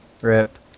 Rip